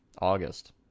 August